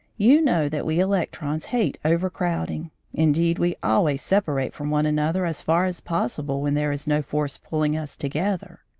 you know that we electrons hate overcrowding indeed we always separate from one another as far as possible when there is no force pulling us together.